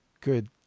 good